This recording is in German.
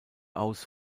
aus